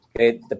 okay